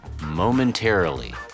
momentarily